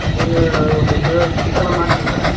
जोङो बेखो थिख खालामनांसिगोन आरो